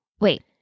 Wait